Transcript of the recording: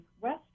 West